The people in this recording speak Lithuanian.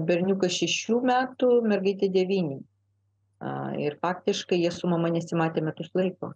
berniukas šešių metų mergaitė devynių ir faktiškai jie su mama nesimatė metus laiko